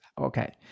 Okay